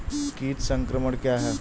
कीट संक्रमण क्या है?